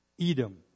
Edom